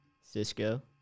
Cisco